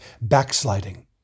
backsliding